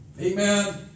Amen